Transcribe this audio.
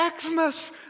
Xmas